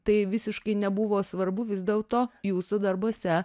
tai visiškai nebuvo svarbu vis dėlto jūsų darbuose